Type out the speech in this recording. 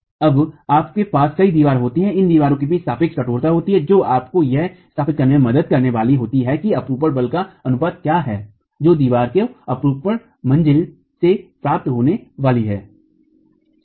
तब आपके पास कई दीवारें होती हैं इन दीवारों के बीच सापेक्ष कठोरता होती है जो आपको यह स्थापित करने में मदद करने वाली होती है कि अपरूपण बल का अनुपात क्या है जो दीवार को अपरूपण मंज़िल से प्राप्त होने वाली है